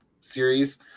series